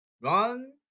Run